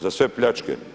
Za sve pljačke?